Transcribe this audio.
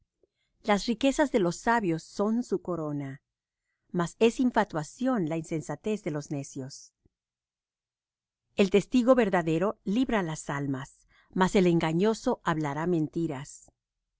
las riquezas de los sabios son su corona mas es infatuación la insensatez de los necios el testigo verdadero libra las almas mas el engañoso hablará mentiras